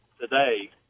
today